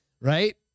Right